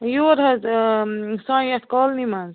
یور حظ سانہِ یَتھ کالنی منٛز